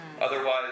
otherwise